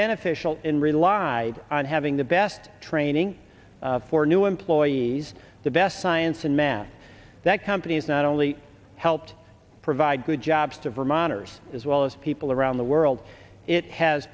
beneficial in relied on having the best training for new employees the best science and math that companies not only helped provide good jobs to vermonters as well as people around the world it has